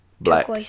black